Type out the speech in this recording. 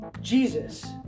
Jesus